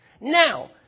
Now